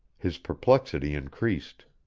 his perplexity increased.